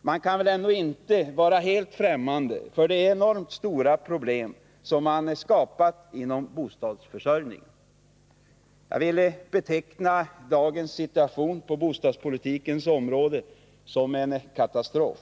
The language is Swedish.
Man kan väl ändå inte vara helt främmande för de enormt stora problem som man skapat på bostadsförsörjningens område. Jag vill beteckna dagens situation på bostadspolitikens område som en stor katastrof.